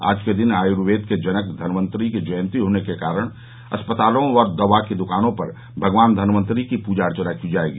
आज के दिन आयुर्वेद के जनक धन्वंतरी की जयंती होने के कारण अस्पतालों व दवा की दकानों पर भगवान धन्वंतरी की पूजा अर्चना की जाएगी